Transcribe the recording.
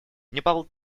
непал